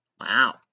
Wow